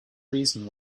reason